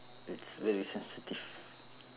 it's very sensitive